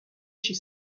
chez